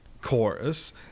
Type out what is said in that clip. chorus